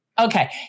Okay